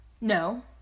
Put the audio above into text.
No